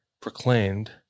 proclaimed